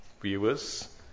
viewers